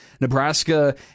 Nebraska